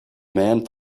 man